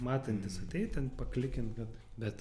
matantis ateit ten paklikint kad bet